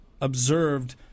observed